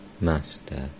Master